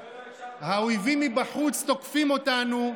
כנראה לא הקשבת, האויבים מבחוץ תוקפים אותנו,